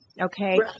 Okay